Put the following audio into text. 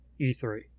E3